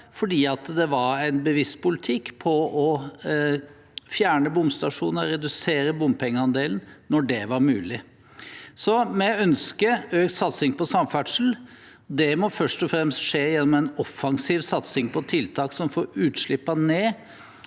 uten bompenger 2023 tikk å fjerne bomstasjoner og redusere bompengeandelen når det var mulig. Vi ønsker altså økt satsing på samferdsel. Det må først og fremst skje gjennom en offensiv satsing på tiltak som får utslippene